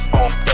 off